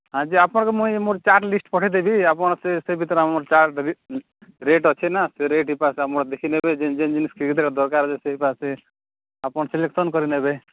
ହୁଁ ଆଜି ଆପଣ ମୁଇଁ ଚାର୍ଟ ଲିସ୍ଟ ପକେଇଦେବି ଆପଣ ସେ ସେ ଭିତରେ ଆମର ଚାର୍ଟ ବି ରେଟ ଅଛି ନା ସେଇ ରେଟ୍ ହିସାବ ଦେଖି ନେବେ ଯେଉଁ ଦରକାର ଯେଉଁ ଅଛି ଆପଣ ସିଲେକ୍ସନ୍ କରିନେବେ